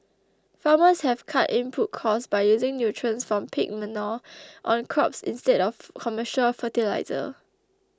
farmers have cut input costs by using nutrients from pig manure on crops instead of commercial fertiliser